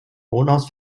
wohnhaus